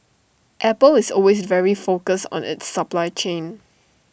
Apple is always very focused on its supply chain